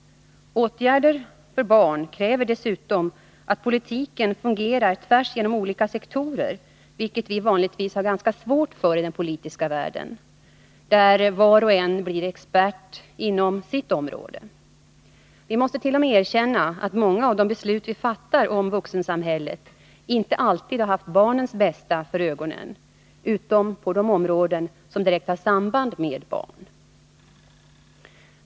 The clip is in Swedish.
Åtgärder för barn kräver dessutom att politiken fungerar tvärs igenom olika sektorer, vilket vi vanligtvis har ganska svårt för i den politiska världen, där var och en blir expert inom sitt område. Vi måste t.o.m. erkänna att vi inför många av de beslut vi fattar om vuxensamhället inte alltid har haft barnens bästa för ögonen, utom på de områden som har direkt samband med barn.